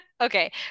okay